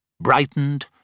brightened